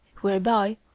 whereby